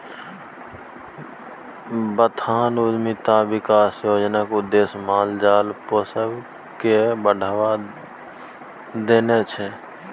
बथान उद्यमिता बिकास योजनाक उद्देश्य माल जाल पोसब केँ बढ़ाबा देनाइ छै